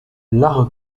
l’art